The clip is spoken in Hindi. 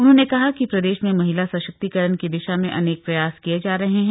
उन्होंने कहा कि प्रदेश में महिला सशक्तीकरण की दिशा में अनेक प्रयास किये जा रहे हैं